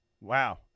Wow